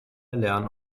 lernen